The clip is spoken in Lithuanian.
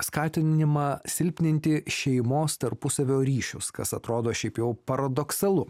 skatinimą silpninti šeimos tarpusavio ryšius kas atrodo šiaip jau paradoksalu